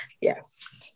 Yes